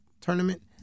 tournament